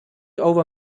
over